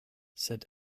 sed